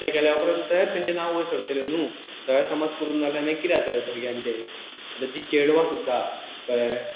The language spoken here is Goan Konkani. तें गेल्या उपरंत थंय तेंचें नांव वयर सरतलें न्हू थंय समज करून नाल्यार मागी कितें जातले भुरग्यांचें आतां जी चेडवां सुद्दां कळें